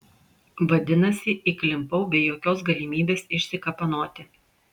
vadinasi įklimpau be jokios galimybės išsikapanoti